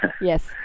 Yes